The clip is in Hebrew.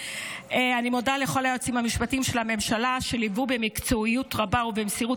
אני מודה לכל היועצים המשפטיים של הממשלה שליוו במקצועיות רבה ובמסירות